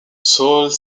sault